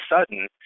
sudden